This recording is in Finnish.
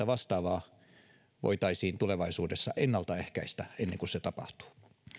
vastaavaa voitaisiin tulevaisuudessa ennaltaehkäistä ennen kuin se tapahtuu